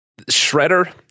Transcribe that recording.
Shredder